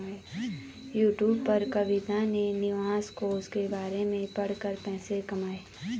YouTube पर कविता ने निवेश कोष के बारे में पढ़ा कर पैसे कमाए